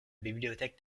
bibliothèque